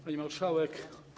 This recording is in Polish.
Pani Marszałek!